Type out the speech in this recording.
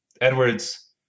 Edwards